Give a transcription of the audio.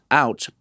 out